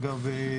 אגב,